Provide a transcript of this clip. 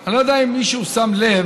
אני לא יודע אם מישהו שם לב,